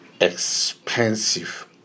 expensive